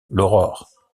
l’aurore